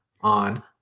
on